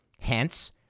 Hence